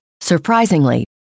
surprisingly